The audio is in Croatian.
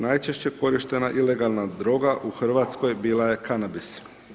Najčešće korištena ilegalna droga u Hrvatskoj bila je kanabis.